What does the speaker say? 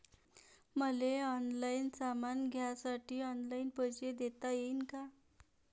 मले ऑनलाईन सामान घ्यासाठी ऑनलाईन पैसे देता येईन का?